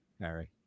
Harry